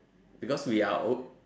because we are old